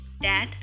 dad